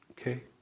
Okay